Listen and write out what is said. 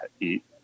eat